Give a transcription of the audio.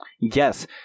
Yes